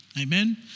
Amen